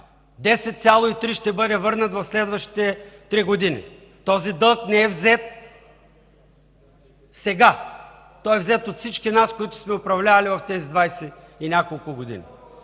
10,3 ще бъдат върнати в следващите три години! Този дълг не е взет сега, той е взет от всички нас, които сме управлявали през тези двадесет и няколко години.